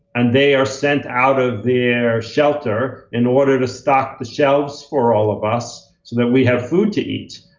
and they are sent out of their shelter in order to stock the shelves for all of us so that we have food to eat,